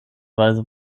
weise